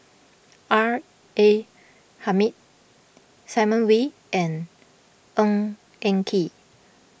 R A Hamid Simon Wee and Ng Eng Kee